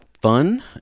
fun